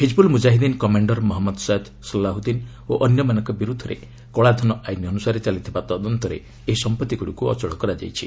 Hizbul Mujahideen commander Mohammad Syed Salahuddin ଓ ଅନ୍ୟମାନଙ୍କ ବିରୁଦ୍ଧରେ କଳାଧନ ଆଇନ୍ ଅନୁସାରେ ଚାଲିଥିବା ତଦନ୍ତରେ ଏହି ସମ୍ପତ୍ତିଗୁଡ଼ିକୁ ଅଚଳ କରାଯାଇଛି